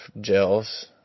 gels